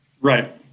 Right